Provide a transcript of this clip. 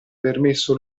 permesso